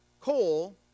coal